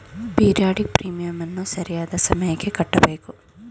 periodic ಪ್ರೀಮಿಯಂನ್ನು ಸರಿಯಾದ ಸಮಯಕ್ಕೆ ಕಟ್ಟಬೇಕು